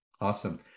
Awesome